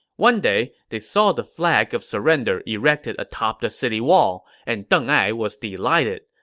one day, they saw the flag of surrender erected atop the city wall, and deng ai was delighted.